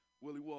Willie